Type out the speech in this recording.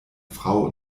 frau